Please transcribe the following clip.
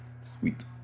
Sweet